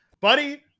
Buddy